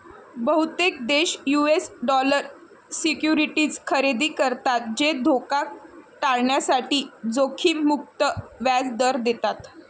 बहुतेक देश US dollar securities खरेदी करतात जे धोका टाळण्यासाठी जोखीम मुक्त व्याज दर देतात